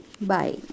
bye